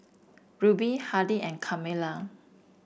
Ruby Hardy and Carmela